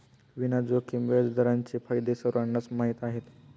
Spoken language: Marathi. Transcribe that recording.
विना जोखीम व्याजदरांचे फायदे सर्वांनाच माहीत आहेत